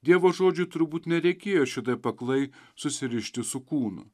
dievo žodžiui turbūt nereikėjo šitaip aklai susirišti su kūnu